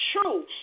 true